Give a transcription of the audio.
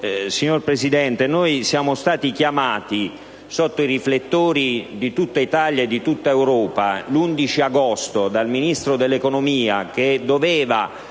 signor Presidente, noi siamo stati chiamati, sotto i riflettori di tutta Italia e di tutta Europa, l'11 agosto dal Ministro dell'economia che doveva